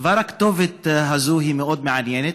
כבר הכותרת הזו היא מאוד מעניינת,